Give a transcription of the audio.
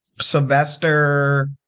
Sylvester